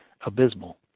abysmal